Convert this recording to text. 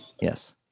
Yes